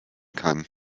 kann